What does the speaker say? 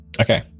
Okay